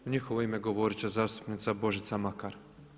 U njihovo ime govoriti će zastupnica Božica Makar.